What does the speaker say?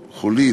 חולית,